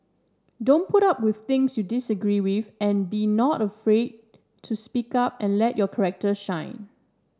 don't put up with things you disagree with and be not afraid to speak up and let your corrector shine